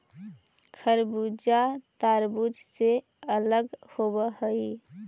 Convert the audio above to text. खरबूजा तारबुज से अलग होवअ हई